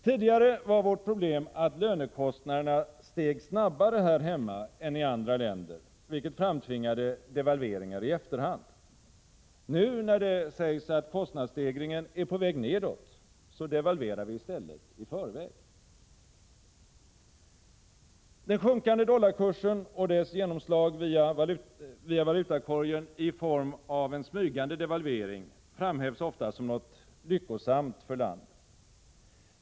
Tidigare var vårt problem att lönekostnaderna steg snabbare här hemma än i andra länder, vilket framtvingade devalveringar i efterhand. Nu när det sägs att kostnadsstegringen är på väg nedåt, devalverar vi i stället i förväg! Den sjunkande dollarkursen och dess genomslag via valutakorgen i form av en smygande devalvering framhävs ofta som något lyckosamt för landet.